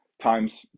times